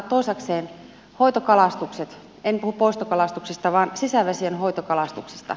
toisekseen hoitokalastukset en puhu poistokalastuksesta vaan sisävesien hoitokalastuksesta